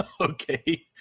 Okay